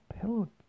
pillow